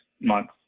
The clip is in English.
months